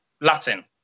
Latin